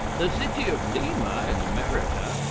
the city of lima, in america,